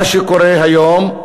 מה שקורה היום,